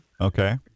Okay